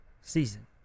season